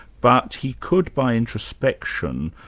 but he could by introspection,